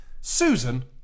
Susan